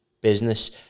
business